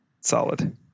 Solid